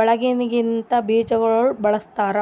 ಒಳಗಿಂದ್ ಬೀಜಗೊಳ್ ಬಳ್ಸತಾರ್